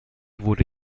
wurde